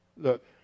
Look